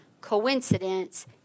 coincidence